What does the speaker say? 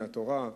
מהתורה,